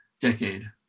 decade